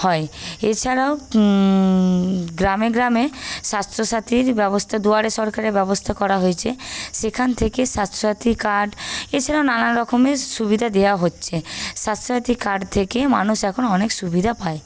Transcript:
হয় এছাড়াও গ্রামে গ্রামে স্বাস্থ্যসাথীর ব্যবস্থা দুয়ারে সরকারের ব্যবস্থা করা হয়েছে সেখান থেকে স্বাস্থ্যসাথী কার্ড এছাড়া নানারকমের সুবিধা দেওয়া হচ্ছে স্বাস্থ্যসাথী কার্ড থেকে মানুষ এখন অনেক সুবিধা পায়